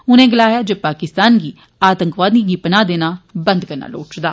उनें गलाया जे पाकिस्तान गी आतंकवादियें गी पनाह देना बंद करना लोड़चदा